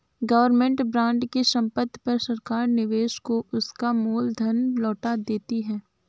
government bond की समाप्ति पर सरकार निवेशक को उसका मूल धन लौटा देती है